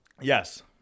Yes